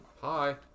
Hi